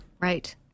Right